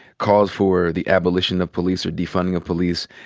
calls for the abolition of police, or defunding of police,